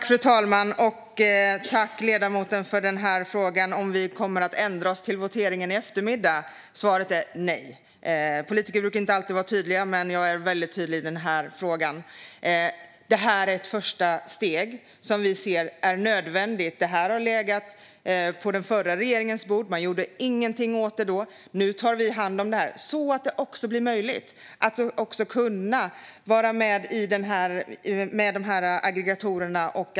Fru talman! Jag tackar ledamoten för frågan om huruvida vi kommer att ändra oss till voteringen i eftermiddag. Svaret är nej. Politiker brukar inte alltid vara tydliga, men jag är väldigt tydlig i denna fråga. Det här är ett första steg, och vi ser att det är nödvändigt. Frågan låg på den förra regeringens bord, men man gjorde ingenting åt den. Nu tar vi hand om den så att det också blir möjligt att vara med genom aggregatorer.